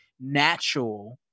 natural